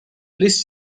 please